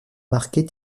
marquet